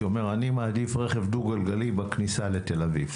אומר אני מעדיף רכב דו גלגלי בכניסה לתל אביב,